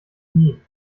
nie